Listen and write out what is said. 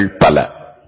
நன்றிகள் பல